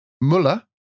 Muller